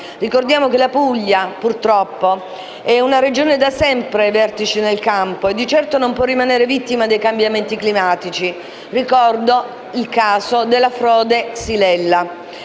Ricordiamo che la Puglia è una Regione da sempre ai vertici nel campo e di certo non può rimanere vittima dei cambiamenti climatici. Ricordo il caso della frode della